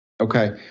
Okay